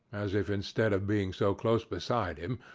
as if instead of being so close beside him,